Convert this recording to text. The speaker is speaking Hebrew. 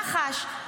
מח"ש.